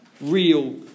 real